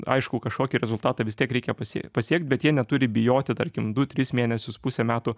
aišku kažkokį rezultatą vis tiek reikia pasie pasiekt bet jie neturi bijoti tarkim du tris mėnesius pusę metų